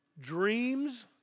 dreams